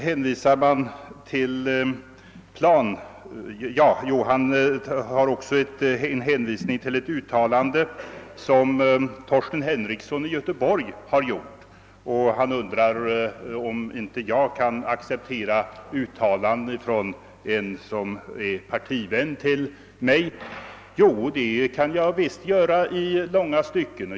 Herr Ahlmark har också hänvisat till ett uttalande av Torsten Henrikson i Göteborg. Herr Ahlmark undrar om inte jag kan acceptera ett uttalande från en partivän. Jo, visst kan jag göra det i långa stycken.